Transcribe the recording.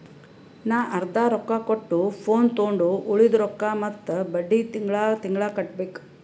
ನಾ ಅರ್ದಾ ರೊಕ್ಕಾ ಕೊಟ್ಟು ಫೋನ್ ತೊಂಡು ಉಳ್ದಿದ್ ರೊಕ್ಕಾ ಮತ್ತ ಬಡ್ಡಿ ತಿಂಗಳಾ ತಿಂಗಳಾ ಕಟ್ಟಬೇಕ್